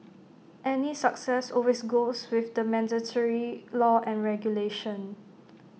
any success always goes with the mandatory law and regulation